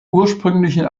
ursprünglichen